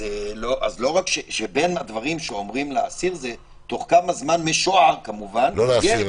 אז שבין הדברים שאומרים לאסיר זה תוך כמה זמן משוער --- לא לאסיר,